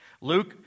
Luke